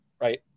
right